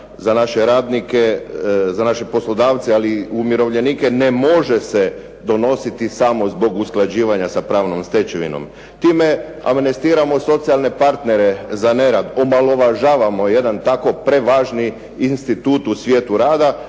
za naše radnike, za naše poslodavce, ali i umirovljenike ne može se donositi samo zbog usklađivanja sa pravnom stečevinom. Time amnestiramo socijalne partnere za nerad, omalovažavamo jedan tako prevažni institut u svijetu rada,